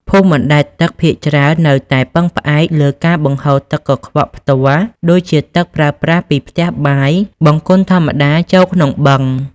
ភូមិបណ្ដែតទឹកភាគច្រើននៅតែពឹងផ្អែកលើការបង្ហូរទឹកកខ្វក់ផ្ទាល់ ដូចជាទឹកប្រើប្រាស់ពីផ្ទះបាយ បង្គន់ធម្មតាចូលក្នុងបឹង។